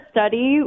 study